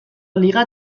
liga